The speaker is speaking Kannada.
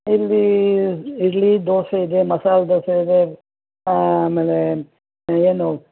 ಇಲ್ಲಿ ಇಡ್ಲಿ ದೋಸೆ ಇದೆ ಮಸಾಲ ದೋಸೆ ಇದೆ ಆಮೇಲೆ ಏನು